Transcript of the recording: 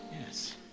Yes